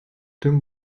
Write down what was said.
tüm